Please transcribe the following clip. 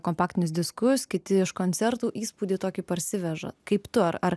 kompaktinius diskus kiti iš koncertų įspūdį tokį parsiveža kaip tu ar ar